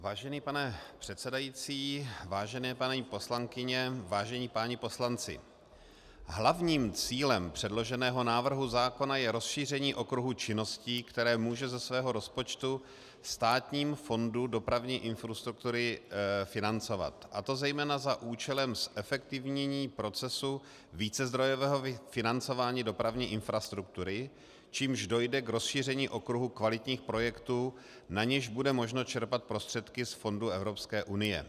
Vážený pane předsedající, vážené paní poslankyně, vážení páni poslanci, hlavním cílem předloženého návrhu zákona je rozšíření okruhu činností, které může ze svého rozpočtu Státní fond dopravní infrastruktury financovat, a to zejména za účelem zefektivnění procesu vícezdrojového financování dopravní infrastruktury, čímž dojde k rozšíření okruhu kvalitních projektů, na něž bude možno čerpat prostředky z fondů Evropské unie.